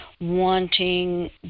wanting